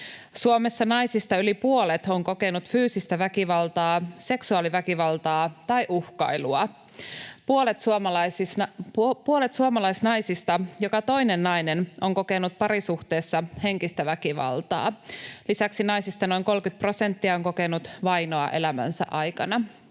Suomessa naisista yli puolet on kokenut fyysistä väkivaltaa, seksuaaliväkivaltaa tai uhkailua. Puolet suomalaisnaisista, joka toinen nainen, on kokenut parisuhteessa henkistä väkivaltaa. Lisäksi naisista noin 30 prosenttia on kokenut vainoa elämänsä aikana.